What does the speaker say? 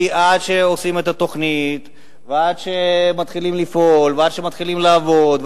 כי עד שעושים את התוכנית ועד שמתחילים לפעול ועד שמתחילים לעבוד,